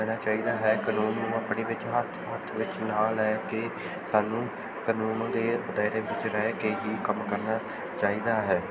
ਲੈਣਾ ਚਾਹੀਦਾ ਹੈ ਕਾਨੂੰਨ ਨੂੰ ਆਪਣੇ ਵਿੱਚ ਹੱਥ ਹੱਥ ਵਿੱਚ ਨਾ ਲੈ ਕੇ ਸਾਨੂੰ ਕਾਨੂੰਨ ਦੇ ਦਾਇਰੇ ਵਿੱਚ ਰਹਿ ਕੇ ਹੀ ਕੰਮ ਕਰਨਾ ਚਾਹੀਦਾ ਹੈ